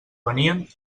venien